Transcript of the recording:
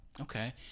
Okay